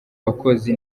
bakozi